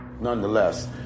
nonetheless